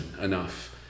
enough